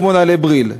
כמו נעלי "בריל",